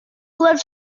was